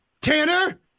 Tanner